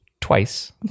twice